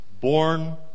born